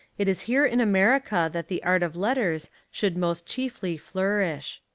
it is here in america that the art of letters should most chiefly flourish.